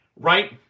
right